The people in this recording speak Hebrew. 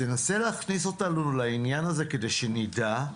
תנסה להכניס אותנו לעניין הזה כדי שנדע,